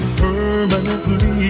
permanently